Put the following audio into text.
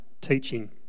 teaching